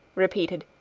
repeated,